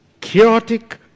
Chaotic